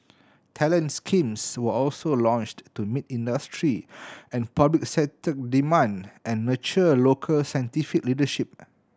talent schemes were also launched to meet industry and public sector demand and nurture local scientific leadership